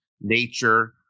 nature